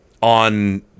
on